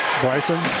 Bryson